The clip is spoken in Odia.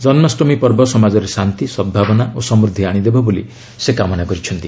ଜନ୍ମାଷ୍ଟମୀ ପର୍ବ ସମାଜରେ ଶାନ୍ତି ସଭାବନା ଓ ସମୃଦ୍ଧି ଆଣିଦେବ ବୋଲି ସେ କାମନା କରିଛନ୍ତି